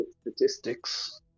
statistics